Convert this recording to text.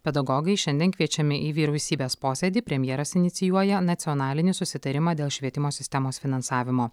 pedagogai šiandien kviečiami į vyriausybės posėdį premjeras inicijuoja nacionalinį susitarimą dėl švietimo sistemos finansavimo